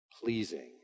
pleasing